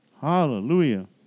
Hallelujah